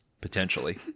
potentially